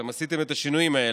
אתם עשיתם את השינויים האלה,